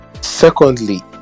secondly